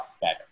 better